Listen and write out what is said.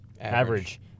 average